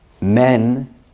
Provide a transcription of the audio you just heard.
men